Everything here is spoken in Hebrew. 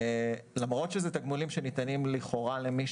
למרות שהם תגמולים שניתנים לכאורה למי